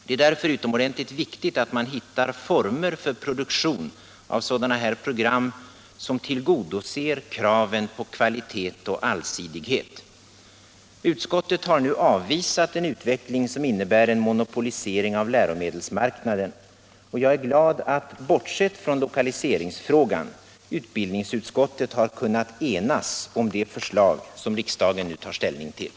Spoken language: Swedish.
Det är därför utomordentligt viktigt att man hittar former för produktion av sådana här program, som tillgodoser kraven på kvalitet och allsidighet. Utskottet har nu avvisat en utveckling som innebär en monopolisering av läromedelsmarknaden. Jag är glad över att, bortsett från lokaliseringsfrågan, utbildningsutskottet har kunnat enas om det förslag som riksdagen nu tar ställning till.